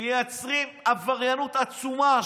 מייצרים עבריינות עצומה,